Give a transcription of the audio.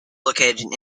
located